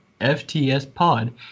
FTSPOD